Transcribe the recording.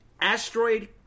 Asteroid